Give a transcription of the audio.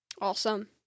Awesome